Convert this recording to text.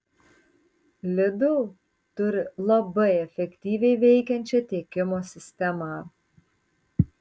lidl turi labai efektyviai veikiančią tiekimo sistemą